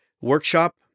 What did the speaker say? workshop